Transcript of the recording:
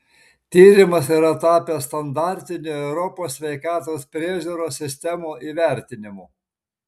tyrimas yra tapęs standartiniu europos sveikatos priežiūros sistemų įvertinimu